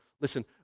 listen